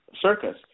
circus